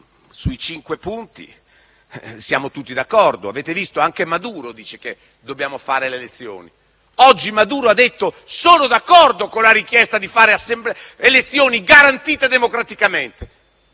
dal Ministro siamo tutti d'accordo. Avete visto che anche Maduro dice che occorre fare le elezioni. Oggi Maduro ha detto di essere d'accordo con la richiesta di fare elezioni garantite democraticamente,